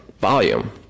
volume